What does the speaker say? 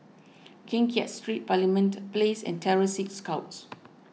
Keng Kiat Street Parliament Place and Terror Sea Scouts